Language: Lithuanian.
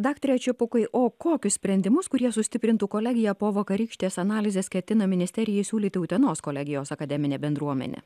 daktare čepukai o kokius sprendimus kurie sustiprintų kolegiją po vakarykštės analizės ketina ministerijai siūlyti utenos kolegijos akademinė bendruomenė